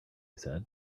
said